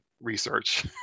research